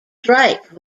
drake